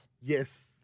Yes